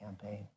campaign